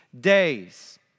days